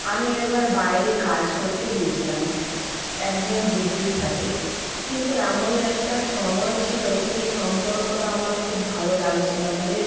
আমি একবার বাইরে কাজ করতে গিয়েছিলাম একজন দিদির সাথে কিন্তু এমনই একটা সময় ছিলো সেই সম্পর্কটা আমার খুব ভালো লাগছিলো না যে